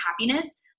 happiness